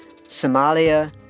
Somalia